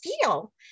feel